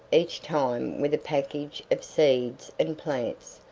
each time with a package of seeds and plants,